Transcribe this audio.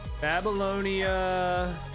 Babylonia